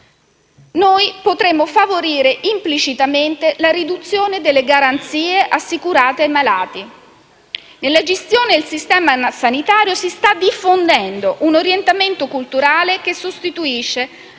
potremmo favorire implicitamente la riduzione delle garanzie assicurate ai malati. Nella gestione del sistema sanitario si sta diffondendo un orientamento culturale che sostituisce,